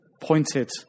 pointed